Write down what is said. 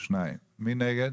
2. מי נגד?